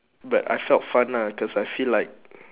but I felt fun lah cause I feel like